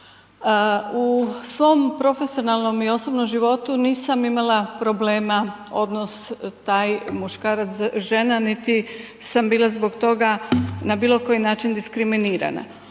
U svom profesionalnom i osobnom životu nisam imala problema odnos taj muškarac-žena niti sam bila zbog toga na bilokoji način diskriminirana.